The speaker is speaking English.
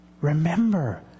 Remember